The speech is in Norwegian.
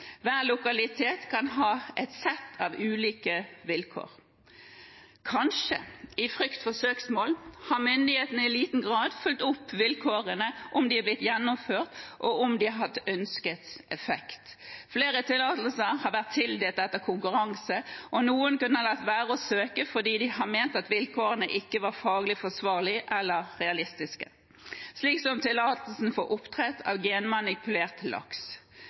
Hver lokalitet kan ha et sett av ulike vilkår. Kanskje i frykt for søksmål har myndighetene i liten grad fulgt opp om vilkårene er blitt gjennomført, og om de har hatt ønsket effekt. Flere tillatelser har vært tildelt etter konkurranse, og noen kan ha latt være å søke fordi de har ment at vilkårene ikke var faglig forsvarlige eller realistiske, slik som tillatelsen for oppdrett av genmanipulert laks.